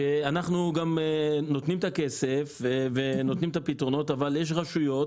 שאנחנו נותנים את הכסף ואת הפתרונות אבל יש רשויות